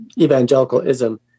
evangelicalism